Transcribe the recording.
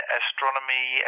astronomy